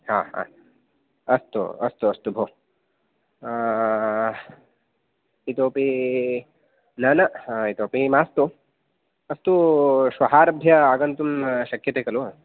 हा हा अस्तु अस्तु अस्तु भो इतोपि न न इतोपि मास्तु अस्तु श्वः आरभ्य आगन्तुं शक्यते खलु